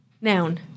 Noun